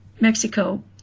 Mexico